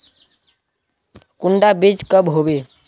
कुंडा बीज कब होबे?